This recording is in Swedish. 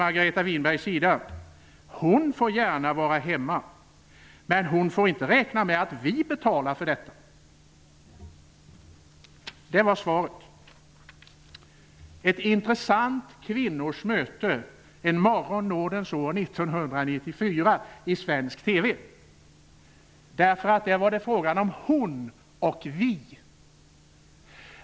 Margareta Winbergs svar blev: Hon får gärna vara hemma, men hon får inte räkna med att vi betalar för detta. Det var ett intressant kvinnors möte i svensk TV en morgon nådens år 1994, därför att det där var fråga om hon och vi.